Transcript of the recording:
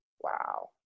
Wow